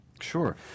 sure